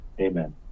amen